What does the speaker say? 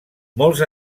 molts